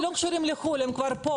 כשזה לא במצב חירום יש לו שבוע,